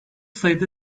sayıda